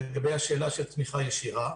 לגבי השאלה של תמיכה ישירה.